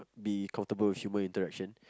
be comfortable with human interaction